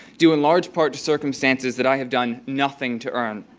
due in large part to circumstances that i have done nothing to earn.